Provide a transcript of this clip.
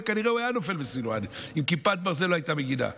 וכנראה הם היו נופלים בסילוואן אם כיפת ברזל לא הייתה מגינה.